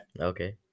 okay